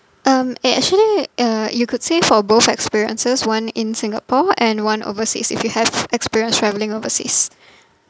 um it actually uh you could say for both experiences one in Singapore and one overseas if you have experience travelling overseas